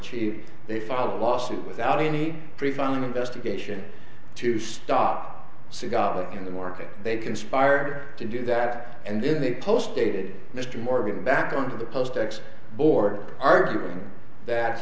achieved they filed a lawsuit without any prevailing investigation to stop seagal in the market they conspired to do that and then they post dated mr morgan back on to the post x board arguing that